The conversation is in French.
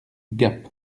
gap